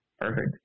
Perfect